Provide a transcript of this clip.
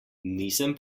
nisem